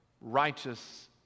righteous